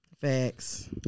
Facts